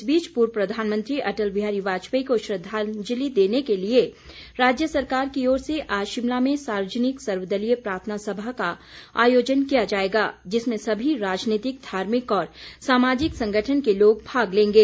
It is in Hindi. इस बीच पूर्व प्रधानमंत्री अटल बिहारी वाजपेयी को श्रद्वांजलि देने के लिए राज्य सरकार की ओर से आज शिमला में सार्वजनिक सर्वदलीय प्रार्थना सभा का आयोजन किया जाएगा जिसमें सभी राजनीतिक धार्मिक और सामाजिक संगठन के लोग भाग लेंगे